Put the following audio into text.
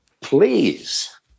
please